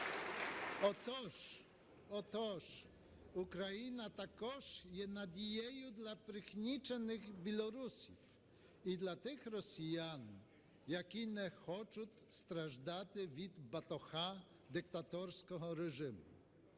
Отож, Україна також є надією для пригнічених білорусів і для тих росіян, які не хочуть страждати від батога диктаторського режиму.